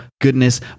goodness